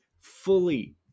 fully